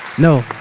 no.